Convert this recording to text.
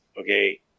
Okay